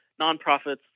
nonprofits